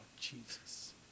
Jesus